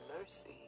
mercy